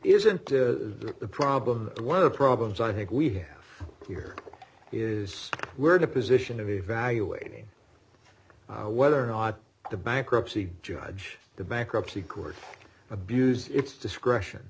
isn't to the problem one of the problems i think we have here is where the position of evaluating whether or not the bankruptcy judge the bankruptcy court abused its discretion